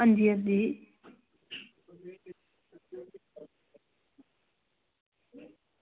अंजी अंजी